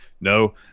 no